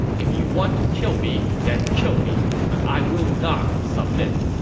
if you want to kill me, then kill me! but i will not submit!